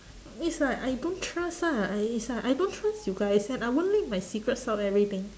it's like I don't trust lah i~ is like I don't trust you guys and I won't leak my secrets out everything